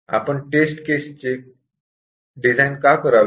आपण test cases चे design का करावे